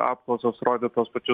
apklausos rodė tuos pačius